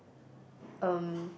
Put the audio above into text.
um